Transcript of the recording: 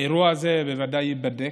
האירוע הזה בוודאי ייבדק.